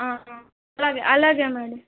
అలాగే అలాగే మేడం